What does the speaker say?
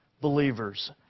believers